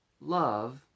love